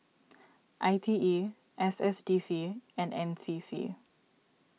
I T E S S D C and N C C